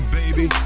baby